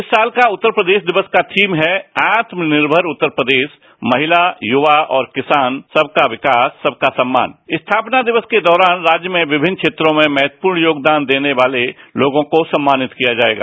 इस साल का उत्तर प्रदेश दिवस का थीम है आत्मनिर्मर उत्तर प्रदेशरू महिला युवा और किसान रूसबका विकास सबका सम्मान इस स्थापना दिवस के दौरान राज्य में विभिन्न क्षेत्रों में महत्वपूर्ण योगदान देने वाले लोगों को सम्मानित किया जाएगा